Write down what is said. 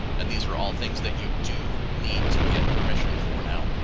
and these are all things that you do need to get permission for now.